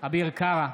אביר קארה,